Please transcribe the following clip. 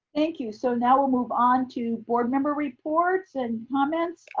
thank you. so now we'll move on to board member reports and comments.